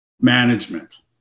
management